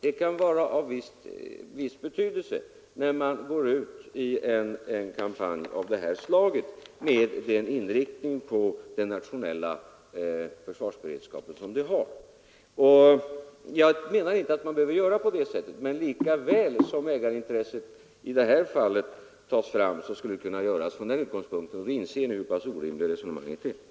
Det kan vara av en viss betydelse när man går ut i en kampanj av det här slaget med den inriktning på den nationella försvarsberedskapen som den har. Jag menar inte att man behöver göra det, men lika väl som ägarintresset i det här fallet tas fram, så kan man hävda att det borde ske även när det gäller andra bolag. Då inser man hur pass orimligt resonemanget är.